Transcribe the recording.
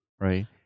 right